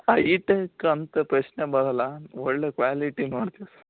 hi-tech ಅಂತ ಪ್ರಶ್ನೆ ಬರೋಲ್ಲ ಒಳ್ಳೆಯ ಕ್ವಾಲಿಟಿ ನೋಡ್ತೀವಿ ಸರ್